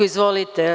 Izvolite.